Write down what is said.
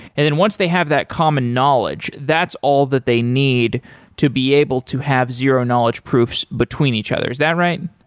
and then once they have that common knowledge, that's all that they need to be able to have zero knowledge proofs between each other. is that right?